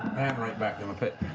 right back in the pit.